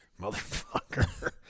Motherfucker